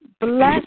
Bless